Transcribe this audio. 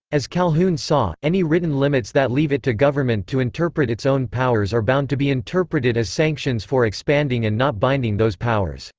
as calhoun saw, any written limits that leave it to government to interpret its own powers are bound to be interpreted as sanctions for expanding and not binding those powers.